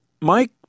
Mike